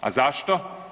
A zašto?